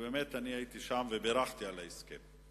הייתי שם ובירכתי על ההסכם.